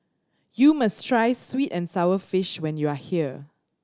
you must try sweet and sour fish when you are here